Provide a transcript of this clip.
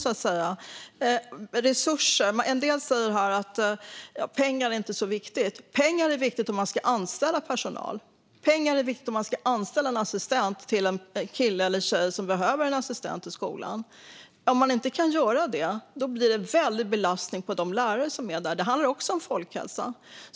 När det gäller resurser säger en del här att pengar är inte så viktigt, men pengar är viktigt om man ska anställa personal. Pengar är viktigt om man ska anställa en assistent till en kille eller tjej som behöver en assistent i skolan. Om man inte kan göra det blir det en väldig belastning på de lärare som jobbar där. Det handlar också om folkhälsa.